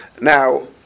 Now